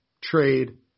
trade